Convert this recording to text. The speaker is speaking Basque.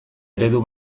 eredu